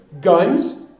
Guns